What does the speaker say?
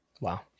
Wow